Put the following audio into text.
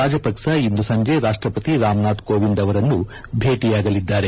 ರಾಜಪಕ್ಷ ಇಂದು ಸಂಜೆ ರಾಷ್ಟಪತಿ ರಾಮನಾಥ್ ಕೋವಿಂದ್ ಅವರನ್ನು ಭೇಟಯಾಗಲಿದ್ದಾರೆ